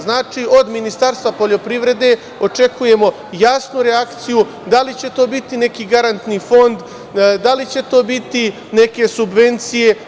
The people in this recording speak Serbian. Znači, od Ministarstva poljoprivrede očekujemo jasnu reakciju, da li će to biti neki garantni fond, da li će to biti neke subvencije.